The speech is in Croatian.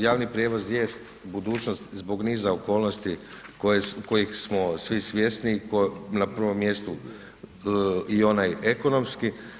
Javni prijevoz jest budućnost zbog niza okolnosti kojih smo svi svjesni i na prvom mjestu i onaj ekonomski.